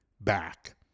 back